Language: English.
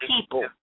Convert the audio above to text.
people